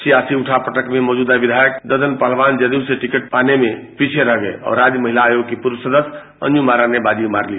सियासी उठा पटक में मौजूदा विधायक ददन पहलवान जदयू से टिकट पाने में पीछे रह गये और राज्य महिला आयोग की पूर्व सदस्य अंजुम आरा ने बाजी मार ली